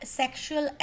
sexual